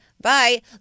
Bye